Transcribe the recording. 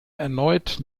erneut